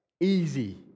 Easy